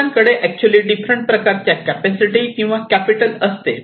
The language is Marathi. लोकांकडे अॅक्च्युअली डिफरंट प्रकारच्या कॅपॅसिटी किंवा कॅपिटल असते